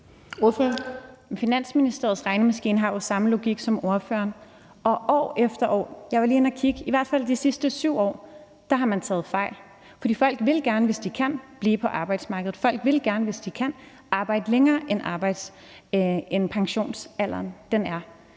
Finansministeriets regnemaskine har jo samme logik som ordføreren, og år efter år – jeg var lige inde at kigge; det er i hvert fald de sidste 7 år – har man taget fejl. For folk vil gerne, hvis de kan, blive på arbejdsmarkedet. Folk vil gerne, hvis de kan, arbejde længere end til pensionsalderen.